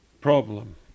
problem